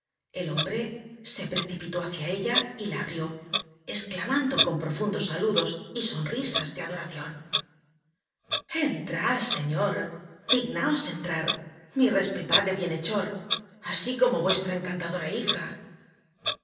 el hombre se precipitó hácia ella y la abrió esclamando con profundos saludos y sonrisas de adoracion entrad señor dignáos entrar mi respetable bienhechor asi como vuestra encantadora hija